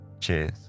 Cheers